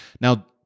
Now